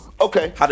Okay